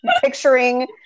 picturing